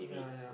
yeah yeah